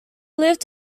lived